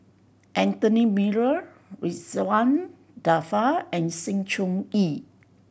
Anthony Miller Ridzwan Dzafir and Sng Choon Yee